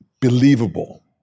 believable